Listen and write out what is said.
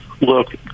look